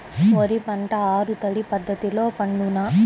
వరి పంట ఆరు తడి పద్ధతిలో పండునా?